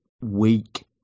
weak